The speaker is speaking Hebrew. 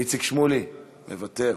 איציק שמולי, מוותר,